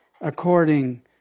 according